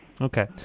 Okay